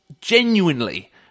genuinely